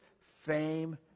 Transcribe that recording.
fame